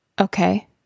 Okay